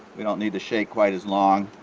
we don't need to shake quite as long